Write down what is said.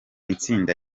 itsinda